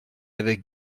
avec